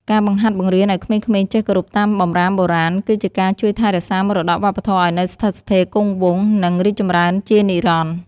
ការបង្ហាត់បង្រៀនឱ្យក្មេងៗចេះគោរពតាមបម្រាមបុរាណគឺជាការជួយថែរក្សាមរតកវប្បធម៌ឱ្យនៅស្ថិតស្ថេរគង់វង្ស និង រីកចម្រើនជានិរន្តរ៍។